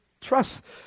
trust